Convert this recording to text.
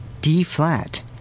D-flat